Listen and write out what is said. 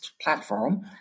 platform